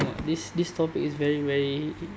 this this topic is very very